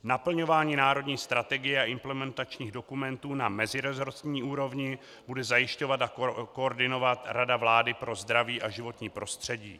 Naplňování národní strategie a implementačních dokumentů na meziresortní úrovni bude zajišťovat a koordinovat Rada vlády pro zdraví a životní prostředí.